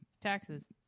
Taxes